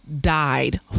died